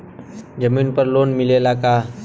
जमीन पर लोन मिलेला का?